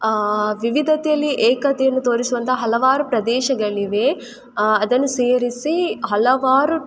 ವಿವಿಧತೆಯಲಿ ಏಕತೆಯನ್ನು ತೋರಿಸುವಂತ ಹಲವಾರು ಪ್ರದೇಶಗಳಿವೆ ಅದನ್ನು ಸೇರಿಸಿ ಹಲವಾರು